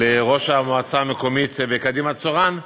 לראש המועצה המקומית בקדימה-צורן,